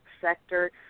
sector